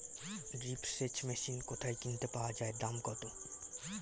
Drip সেচ machine কোথায় কিনতে পাওয়া যায় দাম কত?